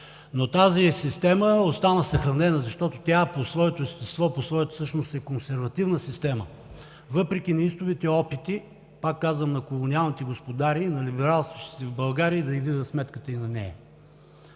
Но тази система остана съхранена, защото по своето естество, по своята същност тя е консервативна система, въпреки неистовите опити, пак казвам, на колониалните господари и на либералстващите в България да ѝ видят сметката и на нея.